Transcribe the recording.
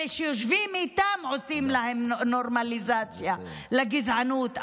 אלה שיושבים איתם עושים להם נורמליזציה לגזענות.